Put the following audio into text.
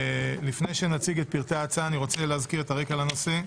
לפני שנציג את פרטי ההצעה אני רוצה להזכיר את הרקע לנושא.